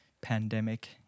pandemic